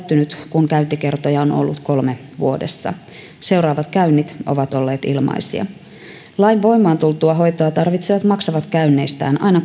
kun käyntikertoja on ollut kolme vuodessa seuraavat käynnit ovat olleet ilmaisia lain voimaan tultua hoitoa tarvitsevat maksavat käynneistään aina